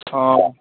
ꯑꯣ